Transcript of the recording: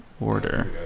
order